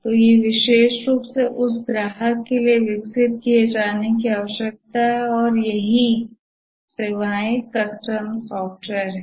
तो ये विशेष रूप से उस ग्राहक के लिए विकसित किए जाने की आवश्यकता है और यही सेवाएं या कस्टम सॉफ़्टवेयर है